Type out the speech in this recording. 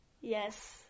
Yes